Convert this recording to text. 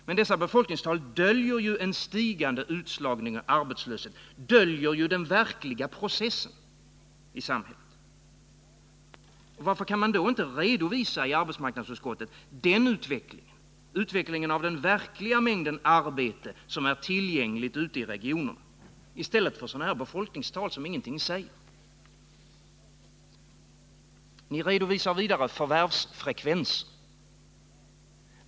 Dessa befolkningstal döljer emellertid en stigande utslagning och arbetslöshet, döljer den verkliga processen i samhället. Varför kan då inte arbetsmarknadsutskottet redovisa utvecklingen när det gäller den verkliga mängden arbete som är tillgänglig ute i regionerna i stället för att redovisa sådana här befolkningstal som ingenting säger? Vidare redovisar ni förvärvsfrekvenser.